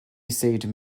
saved